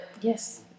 yes